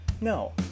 No